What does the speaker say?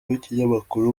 w’ikinyamakuru